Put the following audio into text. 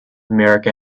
america